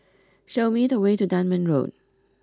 show me the way to Dunman Road